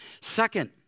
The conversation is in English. Second